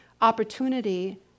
opportunity